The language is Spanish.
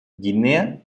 guinea